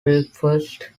breakfast